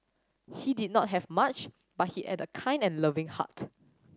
he did not have much but he had a kind and loving heart